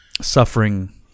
suffering